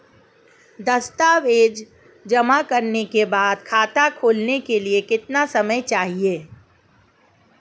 दस्तावेज़ जमा करने के बाद खाता खोलने के लिए कितना समय चाहिए?